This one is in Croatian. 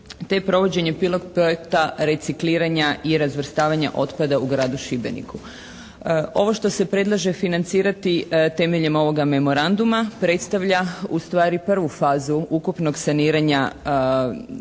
te provođenje pilot projekta recikliranje i razvrstavanja otpada u gradu Šibeniku. Ovo što se predlaže financirati temeljem ovoga Memoranduma predstavlja ustvari prvu fazu ukupnog saniranja